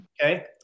Okay